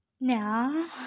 Now